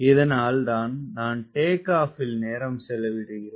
இதனால் தான் நான் டேக் ஆப்பில் நேரம் செலவிடுகிறேன்